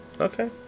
Okay